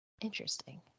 Interesting